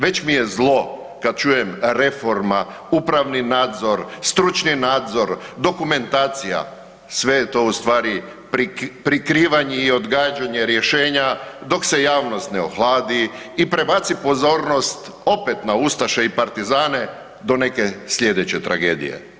Već mi je zlo kad čujem reforma, upravna nadzor, stručni nadzor, dokumentacija, sve je to ustvari prikrivanje i odgađanje rješenja dok se javnost ne ohladi i prebaci pozornost opet na ustaše i partizane do neke slijedeće tragedije.